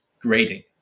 grading